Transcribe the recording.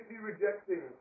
rejecting